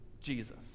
Jesus